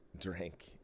drink